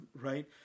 right